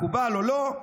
מקובל או לא,